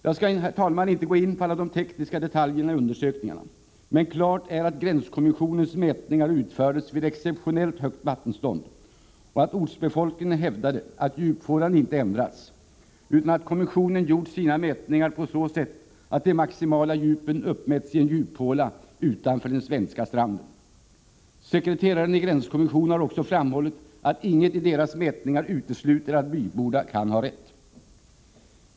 Jag skall, herr talman, inte gå in på alla de tekniska detaljerna i undersökningarna, men klart är att gränskommissionens mätningar utfördes vid exceptionellt högt vattenstånd och att ortsbefolkningen hävdade att djupfåran inte ändrats, utan att kommissionen gjort sina mätningar på så sätt att de maximala djupen uppmätts i en djuphåla utanför den svenska stranden. Sekreteraren i gränskommissionen har också framhållit att inget i kommissionens mätningar utesluter att byborna kan ha rätt.